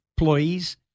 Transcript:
employees